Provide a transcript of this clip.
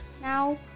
now